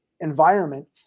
environment